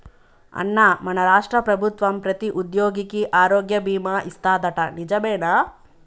అన్నా మన రాష్ట్ర ప్రభుత్వం ప్రతి ఉద్యోగికి ఆరోగ్య బీమా ఇస్తాదట నిజమేనా